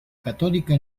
católica